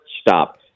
stop